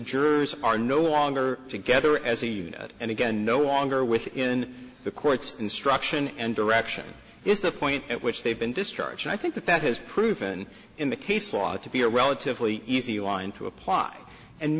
jurors are no longer together as a unit and again no longer within the courts instruction and direction is the point at which they've been discharged and i think that that has proven in the case law to be a relatively easy one to apply and